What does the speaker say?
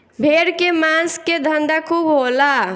भेड़ के मांस के धंधा खूब होला